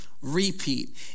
repeat